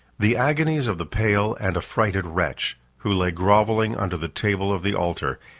the agonies of the pale and affrighted wretch, who lay grovelling under the table of the altar,